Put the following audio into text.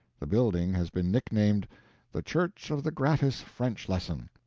the building has been nicknamed the church of the gratis french lesson.